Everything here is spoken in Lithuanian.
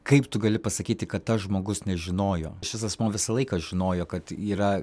kaip tu gali pasakyti kad tas žmogus nežinojo šis asmuo visą laiką žinojo kad yra